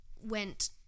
went